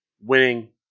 winning